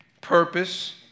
purpose